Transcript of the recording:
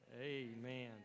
Amen